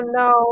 no